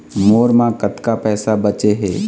मोर म कतक पैसा बचे हे?